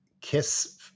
kiss